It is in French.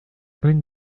une